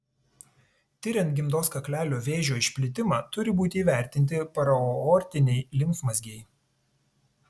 tiriant gimdos kaklelio vėžio išplitimą turi būti įvertinti paraaortiniai limfmazgiai